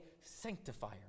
sanctifier